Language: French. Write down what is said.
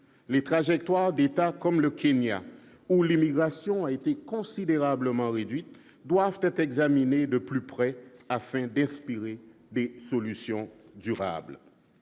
Les trajectoires de certains États, comme le Kenya, où l'immigration a été considérablement réduite, doivent être examinées de plus près, afin d'inspirer des solutions durables.